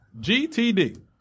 GTD